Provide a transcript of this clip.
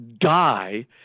die